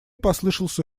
послышался